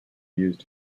used